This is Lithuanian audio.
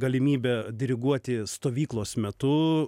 galimybę diriguoti stovyklos metu